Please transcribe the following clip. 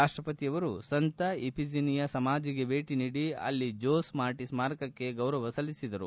ರಾಷ್ಷಪತಿಯವರು ಸಂತ ಇಫಿಜಿನಿಯಾ ಸಮಾಧಿಗೆ ಭೇಟಿ ನೀಡಿ ಅಲ್ಲಿ ಜೋಸ್ ಮಾರ್ಟಿ ಸ್ನಾರಕಕ್ಕೆ ಗೌರವ ಸಲ್ಲಿಸಿದರು